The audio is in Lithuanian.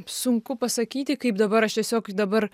sunku pasakyti kaip dabar aš tiesiog dabar